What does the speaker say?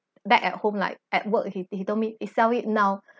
back at home like at work he he told me eh sell it now